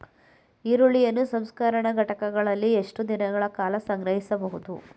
ಈರುಳ್ಳಿಯನ್ನು ಸಂಸ್ಕರಣಾ ಘಟಕಗಳಲ್ಲಿ ಎಷ್ಟು ದಿನಗಳ ಕಾಲ ಸಂಗ್ರಹಿಸಬಹುದು?